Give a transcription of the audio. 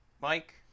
Mike